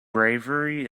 bravery